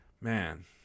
man